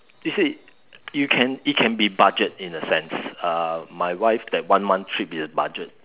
you see you can it can be budget in a sense uh my wife that one month did budget